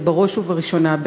בראש ובראשונה,